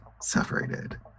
separated